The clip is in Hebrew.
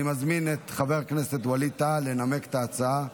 אני מזמין את חבר הכנסת ווליד טאהא לנמק את ההצעה.